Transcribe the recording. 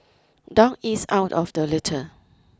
dog eats out of the litter